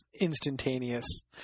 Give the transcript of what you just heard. instantaneous